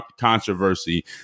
controversy